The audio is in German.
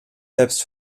selbst